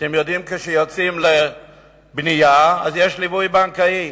אתם יודעים, כשיוצאים לבנייה יש ליווי בנקאי.